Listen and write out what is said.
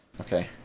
okay